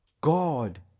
God